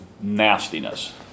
nastiness